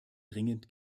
dringend